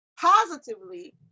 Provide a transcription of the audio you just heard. positively